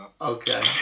Okay